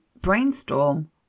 brainstorm